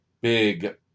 big